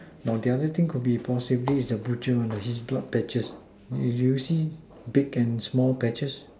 no the other thing could be possibly is the butcher one he's got patches you see big and small patches